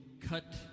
cut